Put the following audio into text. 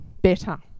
better